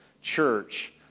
church